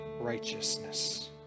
righteousness